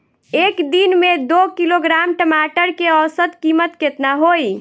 एक दिन में दो किलोग्राम टमाटर के औसत कीमत केतना होइ?